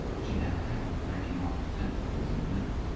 she had a habit of breaking off her sentences in the middle.